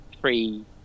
three